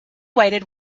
waited